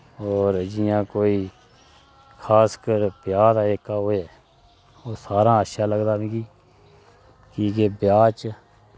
और जियां कोई खासकर ब्याह दा ओह् ऐ ओह् सारैं शा अच्छा लगदा मिगी की के ब्याह् च